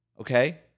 okay